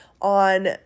on